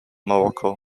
morocco